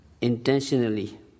intentionally